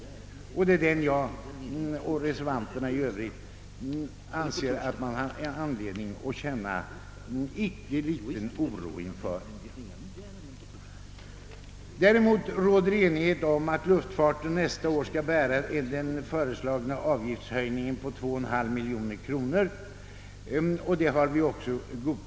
Det är denna tolkning som reservanterna anser att man har anledning att känna en icke obetydlig oro inför. Däremot råder enighet om att luftfarten nästa år skall bära den föreslagna avgiftshöjningen på 2,5 miljoner kronor.